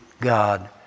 God